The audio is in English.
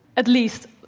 at least.